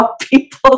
people